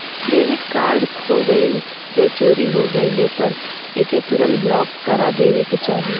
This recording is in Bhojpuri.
डेबिट कार्ड खो गइल या चोरी हो गइले पर एके तुरंत ब्लॉक करा देवे के चाही